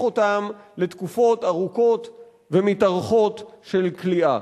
אותם לתקופות ארוכות ומתארכות של כליאה.